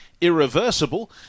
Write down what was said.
irreversible